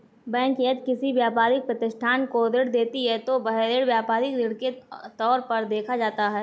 bank यदि किसी व्यापारिक प्रतिष्ठान को ऋण देती है तो वह ऋण व्यापारिक ऋण के तौर पर देखा जाता है